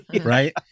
right